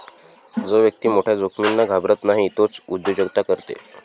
जो व्यक्ती मोठ्या जोखमींना घाबरत नाही तोच उद्योजकता करते